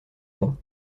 mons